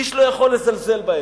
איש לא יכול לזלזל בהם.